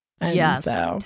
Yes